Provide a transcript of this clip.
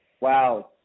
wow